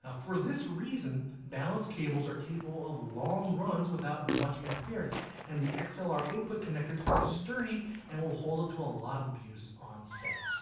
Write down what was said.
ah for this reason balanced cables are capable of long runs without much interference and the like so xlr input connectors are sturdy and will hold up to a lot of abuse on set.